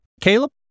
Caleb